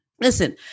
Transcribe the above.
Listen